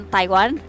Taiwan